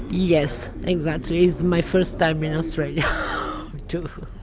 yes, exactly, it's my first time in australia too.